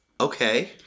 Okay